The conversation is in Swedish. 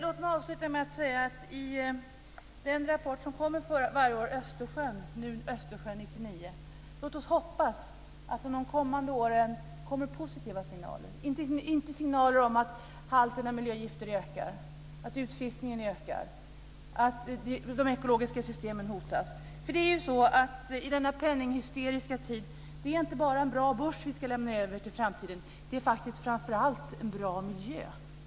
Jag vill avsluta med att säga att låt oss hoppas att man i den rapport om Östersjön som avlämnas varje år kommer med positiva signaler, inte med signaler om att halten av miljögifter ökar, att utfiskningen ökar, att de ekologiska systemen hotas. I denna penninghysteriska tid är det inte bara en bra börs som vi ska lämna över till framtiden, utan det är framför allt en bra miljö.